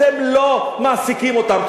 אתם לא מעסיקים אותם.